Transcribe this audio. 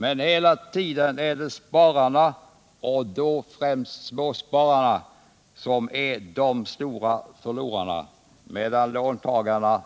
Men hela tiden är det spararna — och då främst småspararna — som är de stora förlorarna, medan låntagarna